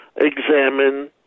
examine